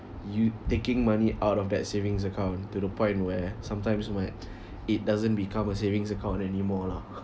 you taking money out of that savings account to the point where sometimes when it doesn't become a savings account anymore lah